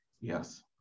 yes